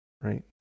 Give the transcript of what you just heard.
right